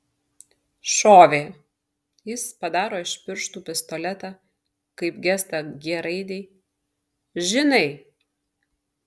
šovė jis padaro iš pirštų pistoletą kaip gestą g raidei žinai